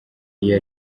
iyo